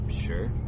Sure